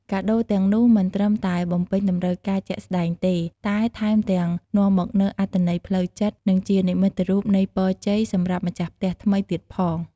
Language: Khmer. កាដូរទាំងនោះ មិនត្រឹមតែបំពេញតម្រូវការជាក់ស្តែងទេ តែថែមទាំងនាំមកនូវអត្ថន័យផ្លូវចិត្ត និងជានិមិត្តរូបនៃពរជ័យសម្រាប់ម្ចាស់ផ្ទះថ្មីទៀតផង។